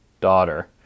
daughter